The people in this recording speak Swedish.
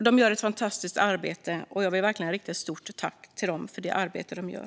De gör ett fantastiskt arbete. Jag vill verkligen rikta ett stort tack till dem för det arbete de gör.